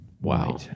wow